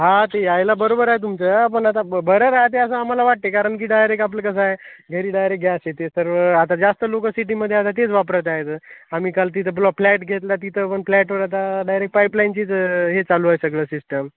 हा ते यायला बरोबर आहे तुमचं पण आता ब बरं राहाते असं आम्हाला वाटते कारण की डायरेक्ट आपलं कसं आहे घरी डायरेक्ट गॅस येते सर्व आता जास्त लोकं सिटीमध्ये आता तेच वापरत आहे तर आम्ही काल तिथं ब्लॉक फ्लॅट घेतला तिथं पण फ्लॅटवर आता डायरेक्ट पाईपलाईनचीच हे चालू आहे सगळं सिस्टम